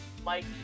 Mike